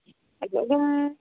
ꯑꯗꯣ ꯑꯗꯨꯝ